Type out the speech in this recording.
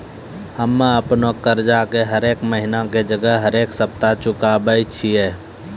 हम्मे अपनो कर्जा हरेक महिना के जगह हरेक सप्ताह चुकाबै छियै